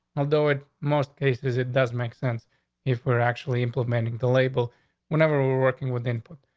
although it most cases it doesn't make sense if we're actually implementing the label whenever we're working with input.